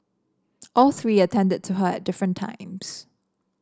all three attended to her at different times